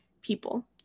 people